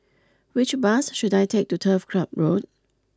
which bus should I take to Turf Club Road